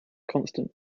constant